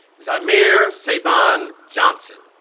zyamir saibeon johnson